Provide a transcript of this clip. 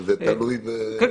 אבל זה תלוי --- כן.